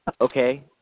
Okay